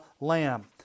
Lamb